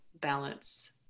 balance